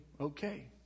okay